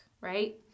right